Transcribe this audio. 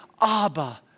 Abba